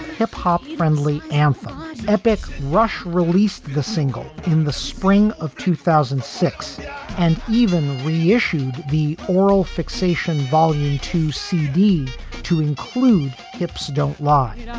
hip hop friendly anthem epic. rush released the single in the spring of two thousand and six and even reissued the oral fixation volume to c d to include hips don't lie.